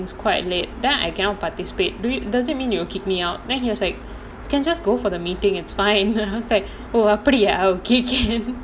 quite late then I cannot participate do it does it mean you will kick me out then he was like can just go for the meeting it's fine and I was like oh அப்படியா:appadiyaa will kick him